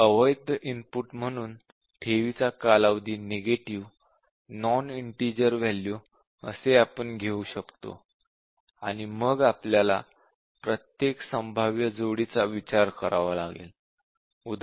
अवैध इनपुट म्हणून ठेवीचा कालावधी नेगेटिव्ह नॉन इंटिजर वॅल्यू असे आपण घेऊ शकतो आणि मग आपल्याला प्रत्येक संभाव्य जोडीचा विचार करावा लागेल उदा